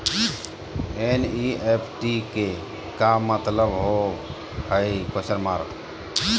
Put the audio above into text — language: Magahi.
एन.ई.एफ.टी के का मतलव होव हई?